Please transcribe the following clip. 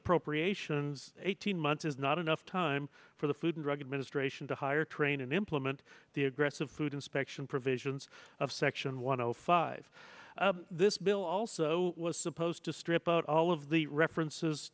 appropriations eighteen months is not enough time for the food and drug administration to hire train and implement the aggressive food inspection provisions of section one hundred five this bill also supposed to strip out all of the references